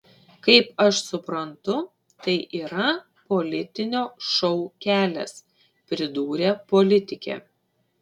kaip aš suprantu tai yra politinio šou kelias pridūrė politikė